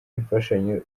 imfashanyo